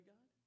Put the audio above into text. God